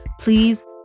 Please